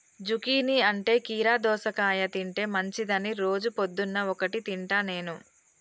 zucchini అంటే కీరా దోసకాయ తింటే మంచిదని రోజు పొద్దున్న ఒక్కటి తింటా నేను